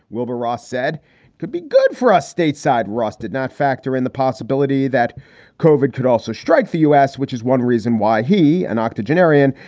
wilbur ross said could be good for us stateside. ross did not factor in the possibility that cauvin could also strike the u s, which is one reason why he is an octogenarian,